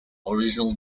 original